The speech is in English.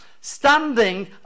Standing